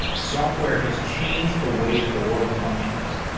software has changed the way that the world functions,